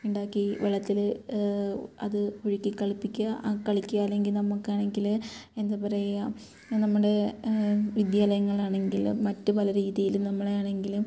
ഉണ്ടാക്കി വെള്ളത്തിൽ അത് ഒഴുക്കി കളിപ്പിക്കുക കളിക്കുക അല്ലെങ്കിൽ നമുക്കാണെങ്കിൽ എന്താ പറയാ നമ്മുടെ വിദ്യാലയങ്ങളാണെങ്കിലും മറ്റു പല രീതിയിലും നമ്മളെ ആണെങ്കിലും